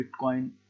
Bitcoin